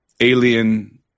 Alien